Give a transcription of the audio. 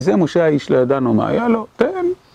זה משה האיש לידנו מה היה לו, כן?